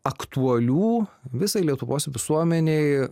aktualių visai lietuvos visuomenei